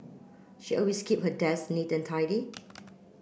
she always keep her desk neat and tidy